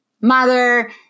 mother